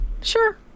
Sure